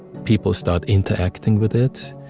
people start interacting with it.